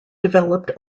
developed